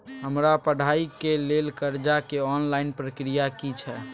हमरा पढ़ाई के लेल कर्जा के ऑनलाइन प्रक्रिया की छै?